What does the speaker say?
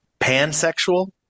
pansexual